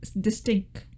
distinct